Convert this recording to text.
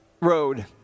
road